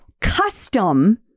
custom